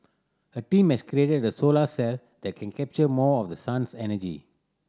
a team has created a solar cell that can capture more of the sun's energy